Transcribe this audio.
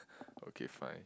okay fine